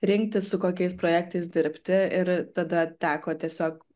rinktis su kokiais projektais dirbti ir tada teko tiesiog